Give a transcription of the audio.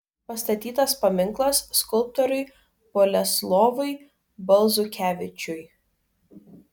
pastatytas paminklas skulptoriui boleslovui balzukevičiui